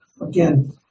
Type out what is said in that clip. again